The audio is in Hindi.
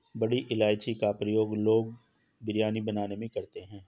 बड़ी इलायची का प्रयोग लोग बिरयानी बनाने में करते हैं